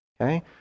okay